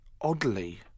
Oddly